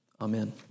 Amen